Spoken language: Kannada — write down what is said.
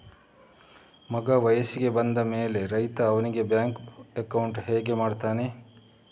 ಮಗ ವಯಸ್ಸಿಗೆ ಬಂದ ಮೇಲೆ ರೈತ ಅವನಿಗೆ ಬ್ಯಾಂಕ್ ಅಕೌಂಟ್ ಹೇಗೆ ಮಾಡ್ತಾನೆ?